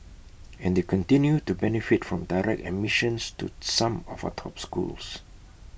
and they continue to benefit from direct admissions to some of our top schools